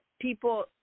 people